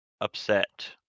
upset